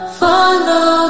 follow